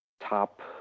top